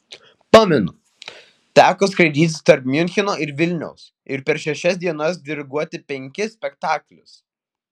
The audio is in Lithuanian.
pamenu teko skraidyti tarp miuncheno ir vilniaus ir per šešias dienas diriguoti penkis spektaklius